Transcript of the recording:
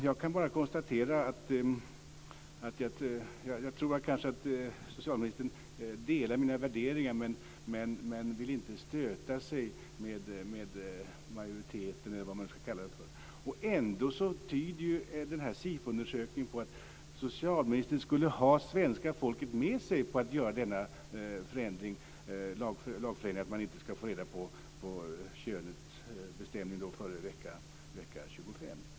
Jag tror kanske att socialministern delar mina värderingar men inte vill stöta sig majoriteten, eller vad man skall kalla det för. Ändå tyder SIFO undersökningen på att socialministern skulle ha svenska folket med sig på att göra denna lagförändring att man inte skall få reda på könets bestämning före vecka 25.